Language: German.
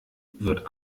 wird